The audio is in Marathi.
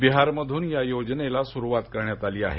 बिहार मधून या योजनेला सुरुवात करण्यात आली आहे